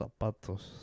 zapatos